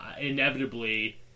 inevitably